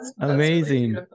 amazing